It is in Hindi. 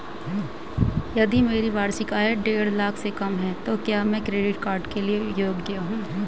यदि मेरी वार्षिक आय देढ़ लाख से कम है तो क्या मैं क्रेडिट कार्ड के लिए योग्य हूँ?